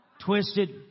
twisted